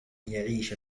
يعيش